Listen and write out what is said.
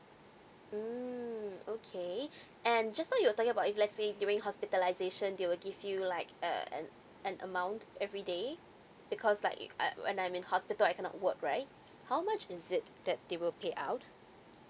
mm okay and just now you talking about if let say during hospitalization they will give you like uh an an amount everyday because like uh uh when I'm in hospital I cannot work right how much is it that they will pay out